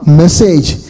message